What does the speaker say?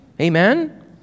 Amen